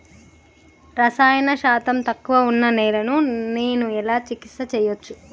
రసాయన శాతం తక్కువ ఉన్న నేలను నేను ఎలా చికిత్స చేయచ్చు?